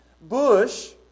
bush